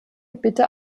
bitte